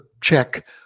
check